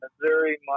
Missouri